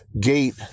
gate